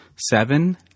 seven